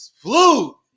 flu